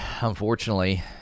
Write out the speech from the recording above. unfortunately